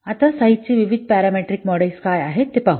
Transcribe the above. आता साईझ चे विविध पॅरामीट्रिक मॉडेल काय आहेत ते पाहू